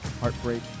heartbreak